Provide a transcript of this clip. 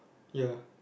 ya